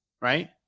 right